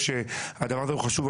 הדבר הזה הוא חשוב,